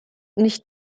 nicht